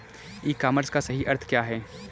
ई commerce का सही अर्थ क्या है?